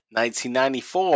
1994